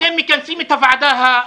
אתם מכנסים את הוועדה.